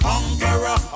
Conqueror